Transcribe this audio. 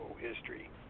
history